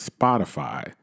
Spotify